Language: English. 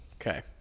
Okay